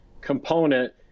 component